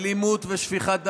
אלימות ושפיכת דמים.